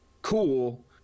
cool